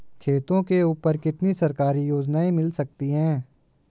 खेतों के ऊपर कितनी सरकारी योजनाएं मिल सकती हैं?